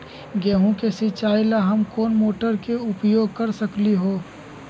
गेंहू के सिचाई ला हम कोंन मोटर के उपयोग कर सकली ह?